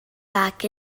back